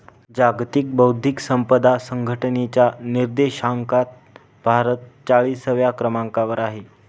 जागतिक बौद्धिक संपदा संघटनेच्या निर्देशांकात भारत चाळीसव्या क्रमांकावर आहे